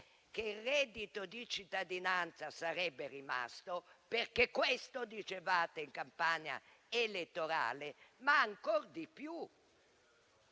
che il reddito di cittadinanza sarebbe rimasto - perché questo dicevate in campagna elettorale - ma ancor di più,